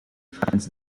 finds